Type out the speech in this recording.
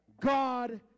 God